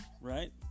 right